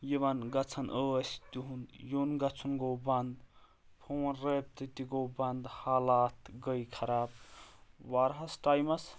یِوان گَژھان ٲسۍ تِہُنٛد یُن گَژھُن گوٚو بنٛد فون رٲبطہِ تہِ گوٚو بنٛد حالات گٔیے خراب واریاہس ٹایمَس